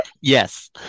Yes